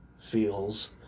feels